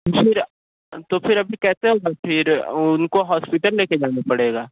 तो फिर तो फिर अभी कैसे होगा फिर उनको हॉस्पिटल लेके जाना पड़ेगा